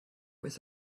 was